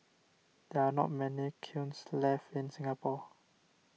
there are not many kilns left in Singapore